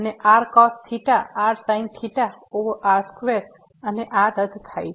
અને r cos theta rsin theta over r2 અને આ r રદ થાય છે